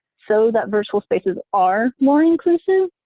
so that virtual space's are more inclusive.